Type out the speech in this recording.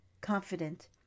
confident